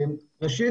קודם כל,